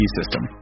system